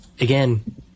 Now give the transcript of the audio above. again